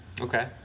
Okay